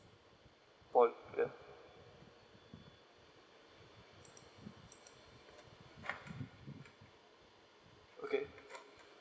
for ya okay